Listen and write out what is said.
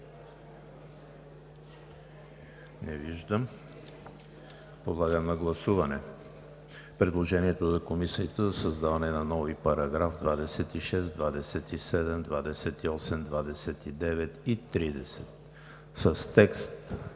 Не виждам. Подлагам на гласуване предложението на Комисията за създаване на нови параграфи 26, 27, 28, 29 и 30 с текст,